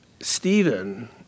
Stephen